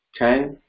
Okay